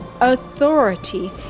authority